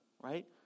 right